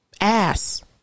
ass